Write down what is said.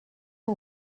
que